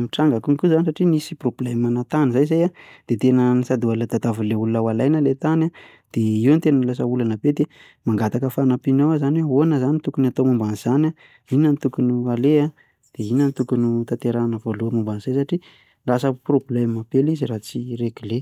nitranga konkoa izany satria nisy problema ana tany izay izany an dia tena mbola tadiavin'ilay olona alaina ilay tany an dia eo no tena lasa olana be, dia mangataka fanampinao aho izany hoe ahoana izany no tokony hatao momba an'izany an, inona no tokony aleha? Dia inona no tokony ho tanterahina voalohany momba an'izay satria lasa problema be ilay izy raha tsy réglé.